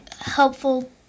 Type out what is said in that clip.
helpful